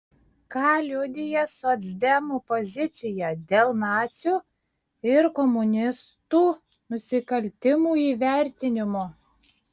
ką liudija socdemų pozicija dėl nacių ir komunistų nusikaltimų įvertinimo